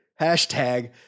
hashtag